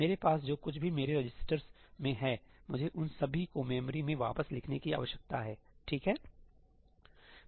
मेरे पास जो कुछ भी मेरे रजिस्टरस में है मुझे उन सभी को मेमोरी में वापस लिखने की आवश्यकता है ठीक है